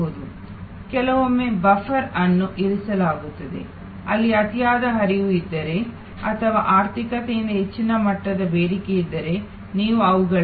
ಕೆಲವೊಮ್ಮೆ ಬಫರ್ ಅನ್ನು ಇರಿಸಲಾಗುತ್ತದೆ ಅಲ್ಲಿ ಅತಿಯಾದ ಹರಿವು ಇದ್ದರೆ ಅಥವಾ ಆರ್ಥಿಕತೆಯಿಂದ ಹೆಚ್ಚಿನ ಮಟ್ಟದ ಬೇಡಿಕೆಯಿದ್ದರೆ ನೀವು ಅವುಗಳನ್ನು